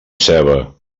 seva